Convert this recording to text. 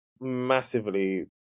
massively